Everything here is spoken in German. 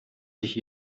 sich